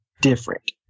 different